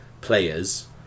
players